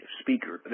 speaker